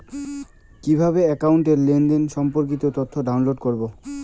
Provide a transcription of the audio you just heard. কিভাবে একাউন্টের লেনদেন সম্পর্কিত তথ্য ডাউনলোড করবো?